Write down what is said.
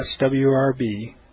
swrb